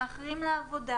מאחרים לעבודה